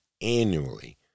annually